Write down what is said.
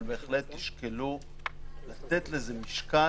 אבל בהחלט תשקלו לתת לזה משקל,